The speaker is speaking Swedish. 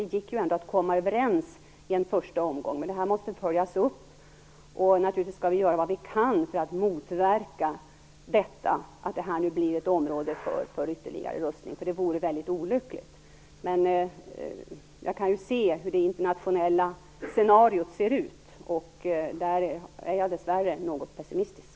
Det gick ju ändå att komma överens i en första omgång. Det här måste dock följas upp, och naturligtvis skall vi göra vad vi kan för att motverka att det här nu blir ett område för ytterligare rustning. Det vore väldigt olyckligt. Men jag kan ju se hur det internationella scenariot ser ut, och jag är dessvärre något pessimistisk.